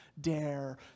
dare